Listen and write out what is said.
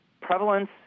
prevalence